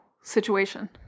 situation